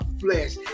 flesh